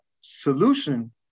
solution